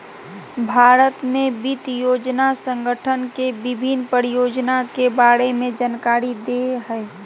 भारत में वित्त योजना संगठन के विभिन्न परियोजना के बारे में जानकारी दे हइ